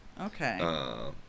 Okay